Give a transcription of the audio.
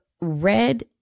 Red